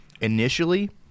initially